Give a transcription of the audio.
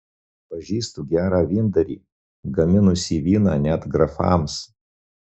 pažįstu gerą vyndarį gaminusi vyną net grafams